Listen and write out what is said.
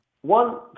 One